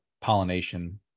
pollination